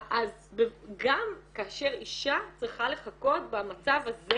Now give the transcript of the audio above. אז גם כאשר אישה צריכה לחכות במצב הזה